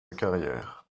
carrière